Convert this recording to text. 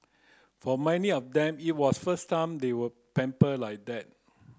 for many of them it was the first time they were pampered like that